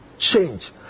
change